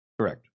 Correct